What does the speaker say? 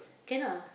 can ah